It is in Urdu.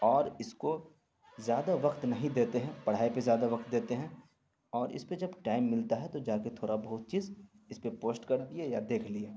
اور اس کو زیادہ وقت نہیں دیتے ہیں پڑھائی پہ زیادہ وقت دیتے ہیں اور اس پہ جب ٹائم ملتا ہے تو جا کے تھوڑا بہت چیز اس پہ پوسٹ کردیے یا دیکھ لیے